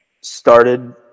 started